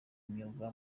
imyuga